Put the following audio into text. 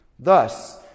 Thus